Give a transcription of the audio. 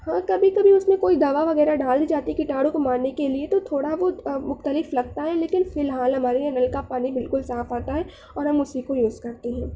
ہاں کبھی کبھی اس میں کوئی دوا وغیرہ ڈال دی جاتی ہے کٹاڑو کو مارنے کے لئے تو تھوڑا بہت مختلف لگتا ہے لیکن فی الحال ہمارے یہاں نل کا پانی بالکل صاف آتا ہے اور ہم اسی کو یوز کرتے ہیں